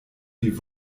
wie